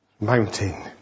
Mountain